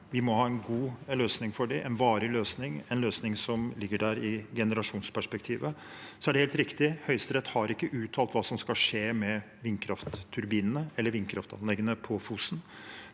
Vi må ha en god løsning for det, en varig løsning, en løsning som ligger der i generasjonsperspektivet. Det er helt riktig at Høyesterett ikke har uttalt hva som skal skje med vindkraftturbinene eller vindkraftanleggene på Fosen.